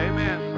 Amen